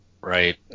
right